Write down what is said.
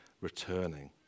returning